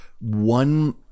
one